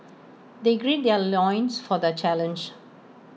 they gird their loins for the challenge